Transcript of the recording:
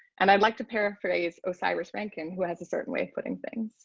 and i'd like to paraphrase osiris rankin who has a certain way of putting things